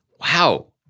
Wow